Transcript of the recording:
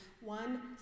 one